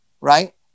right